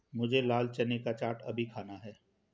मुझे लाल चने का चाट अभी खाना है